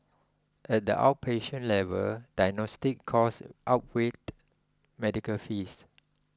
at the outpatient level diagnostic costs outweighed medical fees